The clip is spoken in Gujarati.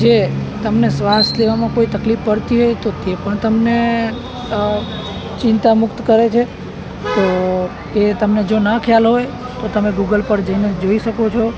જે તમને શ્વાસ લેવામાં કોઈ પડતી હોય તો તે પણ તમને ચિંતામુક્ત કરે છે તો એ તમને જો ન ખ્યાલ હોય તો તમે ગૂગલ પર જઈને જોઈ શકો છો